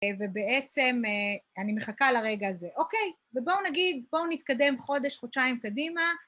ובעצם אני מחכה לרגע הזה, אוקיי? ובואו נגיד, בואו נתקדם חודש, חודשיים קדימה.